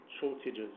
shortages